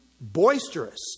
boisterous